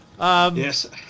Yes